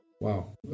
Wow